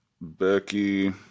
Becky